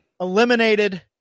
eliminated